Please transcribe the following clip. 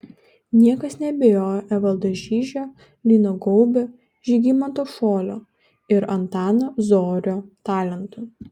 niekas neabejojo evaldo žižio lino gaubio žygimanto šolio ir antano zorio talentu